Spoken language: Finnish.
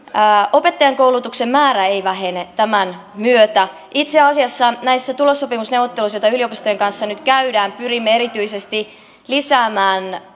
opettajankoulutuksen määrä ei vähene tämän myötä itse asiassa näissä tulossopimusneuvotteluissa joita yliopistojen kanssa nyt käydään pyrimme erityisesti lisäämään